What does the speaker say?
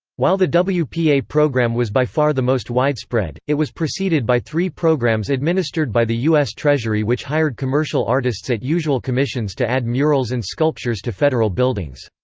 while the wpa yeah wpa program was by far the most widespread, it was preceded by three programs administered by the us treasury which hired commercial artists at usual commissions to add murals and sculptures to federal buildings.